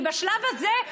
כי בשלב הזה,